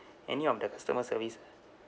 any of the customer service ah